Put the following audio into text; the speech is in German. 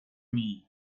nie